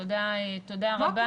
תודה רבה.